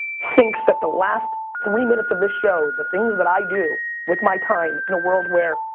thinks that the last three minutes of this show, the things that i do with my time. in a world where,